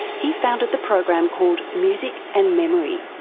he founded the program called music and memory.